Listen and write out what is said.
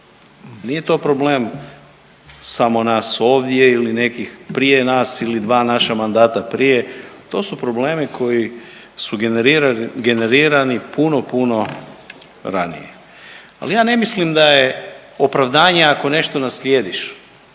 nije to problem samo nas ovdje ili nekih prije nas ili dva naša mandata prije, to su problemi koji su generirani puno, puno ranije. Al ja ne mislim da je opravdanje ako nešto naslijediš